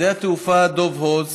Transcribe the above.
שדה התעופה דוב הוז